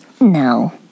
No